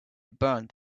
burned